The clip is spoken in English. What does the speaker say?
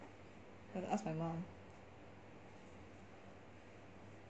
have to ask my mom